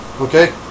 Okay